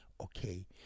okay